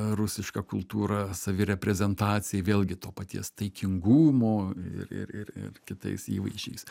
rusišką kultūrą savireprezentacijai vėlgi to paties taikingumo ir ir ir ir kitais įvaizdžiais